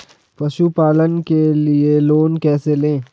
पशुपालन के लिए लोन कैसे लें?